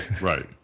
Right